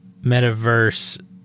metaverse